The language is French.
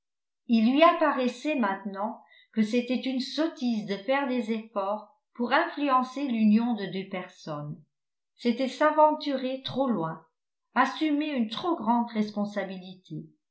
il lui apparaissait maintenant que c'était une sottise de faire des efforts pour influencer l'union de deux personnes c'était s'aventurer trop loin assumer une trop grande responsabilité